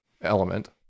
element